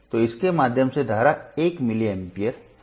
तो इसके माध्यम से धारा 1 मिलीएम्प है